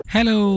Hello